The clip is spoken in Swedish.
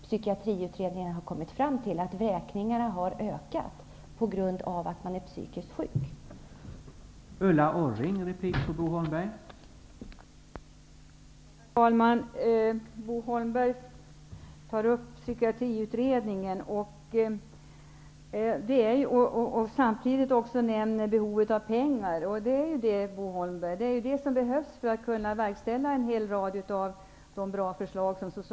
Psykiatriutredningen har kommit fram till att antalet vräkningar på grund av psykisk sjukdom har ökat.